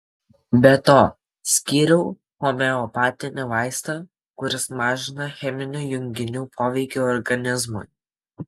be to skyriau homeopatinį vaistą kuris mažina cheminių junginių poveikį organizmui